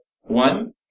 one